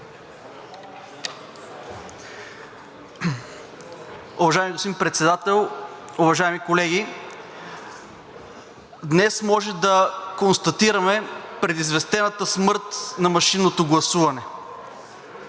Уважаеми господин Председател, уважаеми колеги! Днес може да констатираме предизвестената смърт на машинното гласуване.